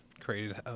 created